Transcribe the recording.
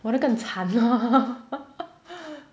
我的更惨 lor